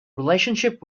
relationship